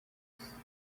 نیست